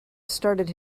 started